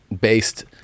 based